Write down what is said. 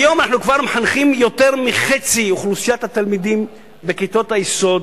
היום אנחנו כבר מחנכים יותר מחצי אוכלוסיית התלמידים בכיתות היסוד